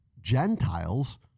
Gentiles